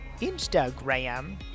Instagram